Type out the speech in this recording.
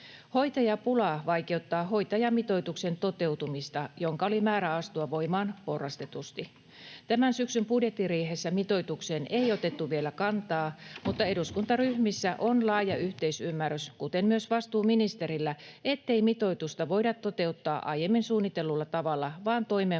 Hoitajapula vaikeuttaa hoitajamitoituksen toteutumista, jonka oli määrä astua voimaan porrastetusti. Tämän syksyn budjettiriihessä mitoitukseen ei otettu vielä kantaa, mutta eduskuntaryhmissä on laaja yhteisymmärrys, kuten myös vastuuministerillä, ettei mitoitusta voida toteuttaa aiemmin suunnitellulla tavalla vaan toimeenpanoa